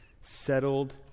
settled